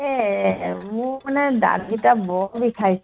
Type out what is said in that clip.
তাকে মোৰ মানে দাঁতকেইটা বৰ বিষাইছে